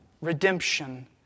redemption